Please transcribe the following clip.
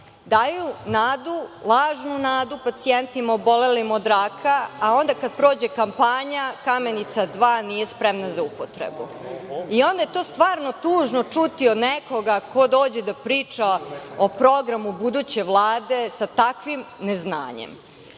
daju nadu, lažnu nadu pacijentima obolelim od raka, a onda kada prođe kampanja „Kamenica 2“ nije spremna za upotrebu, i onda je to stvarno čuti od nekoga ko dođe da priča o programu buduće Vlade sa takvim znanjem. Što